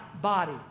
body